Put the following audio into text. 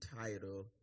title